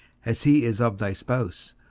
as he is of thy spouse,